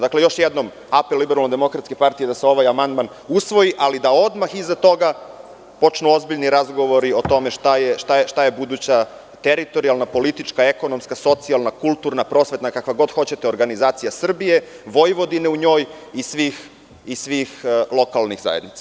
Dakle, još jednom apel LDP da se ovaj amandman usvoji, ali da odmah iza toga počnu ozbiljni razgovori o tome šta je buduća teritorijalna, politička, ekonomska, socijalna, kulturna, prosvetna, kakva god hoćete organizacija Srbije, Vojvodine u njoj i svih lokalnih zajednica.